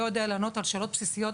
לא יודע לענות על שאלות בסיסיות,